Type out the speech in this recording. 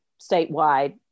statewide